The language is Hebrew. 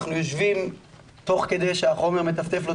אנחנו יושבים תוך כדי שהחומר מטפטף לו